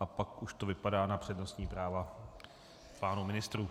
Pak už to vypadá na přednostní práva pánů ministrů.